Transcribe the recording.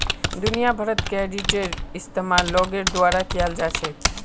दुनिया भरत क्रेडिटेर इस्तेमाल लोगोर द्वारा कियाल जा छेक